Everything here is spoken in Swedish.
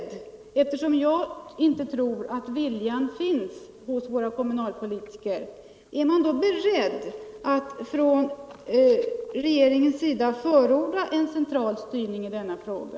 Och eftersom jag inte tror att viljan finns hos våra kommunalpolitiker frågar jag också: Är man beredd att från regeringens sida förorda en central styrning i denna fråga?